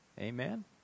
Amen